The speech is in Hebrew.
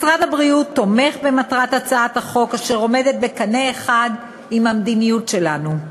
משרד הבריאות תומך במטרת הצעת החוק אשר עולה בקנה אחד עם המדיניות שלנו.